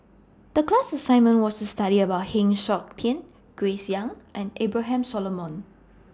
The class assignment was to study about Heng Siok Tian Grace Young and Abraham Solomon